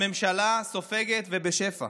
הממשלה סופגת, ובפשע.